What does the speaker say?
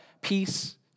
peace